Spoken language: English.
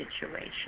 situation